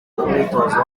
umwitozo